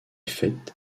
fêtes